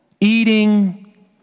eating